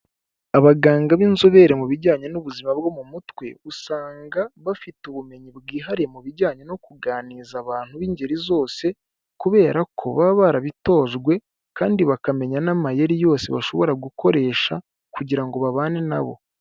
Abaganga b'inzobere mu bijyanye n'ubuzima bwo mu mutwe usanga bafite ubumenyi bwihariye mu bijyanye no kuganiriza abantu b'ingeri zose kubera ko baba barabitojwe kandi bakamenya n'amayeri yose bashobora gukoresha kugira ngo babane nabo.